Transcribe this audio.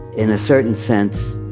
in a certain sense,